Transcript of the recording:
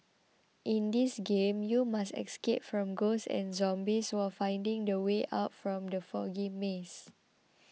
in this game you must escape from ghosts and zombies while finding the way out from the foggy maze